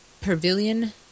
Pavilion